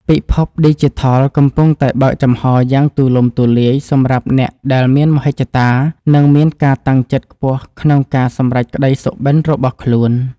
ពិភពឌីជីថលកំពុងតែបើកចំហរយ៉ាងទូលំទូលាយសម្រាប់អ្នកដែលមានមហិច្ឆតា និងមានការតាំងចិត្តខ្ពស់ក្នុងការសម្រេចក្តីសុបិនរបស់ខ្លួន។